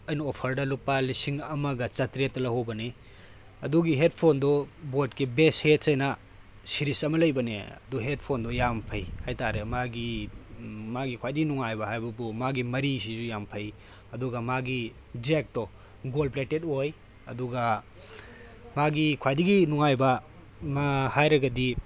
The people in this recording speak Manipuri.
ꯑꯩꯅ ꯑꯣꯐꯔꯗ ꯂꯨꯄꯥ ꯂꯤꯁꯤꯡ ꯑꯃꯒ ꯆꯥꯇꯔꯦꯠꯇ ꯂꯍꯧꯕꯅꯤ ꯑꯗꯨꯒꯤ ꯍꯦꯠꯐꯣꯟꯗꯣ ꯕꯣꯠꯀꯤ ꯕꯦꯁ ꯍꯦꯠꯁ ꯊꯥꯏꯅ ꯁꯦꯔꯤꯁ ꯑꯃ ꯂꯩꯕꯅꯦ ꯑꯗꯨ ꯍꯦꯠꯐꯣꯟꯗꯣ ꯌꯥꯝ ꯐꯩ ꯍꯥꯏꯇꯥꯔꯦ ꯃꯥꯒꯤ ꯃꯥꯒꯤ ꯈ꯭ꯋꯥꯏꯗꯒꯤ ꯅꯨꯡꯉꯥꯏꯕ ꯍꯥꯏꯕꯕꯨ ꯃꯥꯒꯤ ꯃꯔꯤꯁꯤꯁꯨ ꯌꯥꯝ ꯐꯩ ꯑꯗꯨꯒ ꯃꯤꯒꯤ ꯖꯦꯛꯇꯣ ꯒꯣꯜ ꯄ꯭ꯂꯦꯇꯦꯠ ꯑꯣꯏ ꯑꯗꯨꯒ ꯃꯥꯒꯤ ꯈ꯭ꯋꯥꯏꯗꯒꯤ ꯅꯨꯡꯉꯥꯏꯕ ꯑꯃ ꯍꯥꯏꯔꯒꯗꯤ